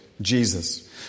Jesus